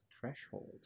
Threshold